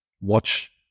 watch